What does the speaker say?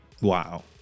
wow